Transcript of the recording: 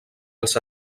els